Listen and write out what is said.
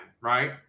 right